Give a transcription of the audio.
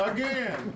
Again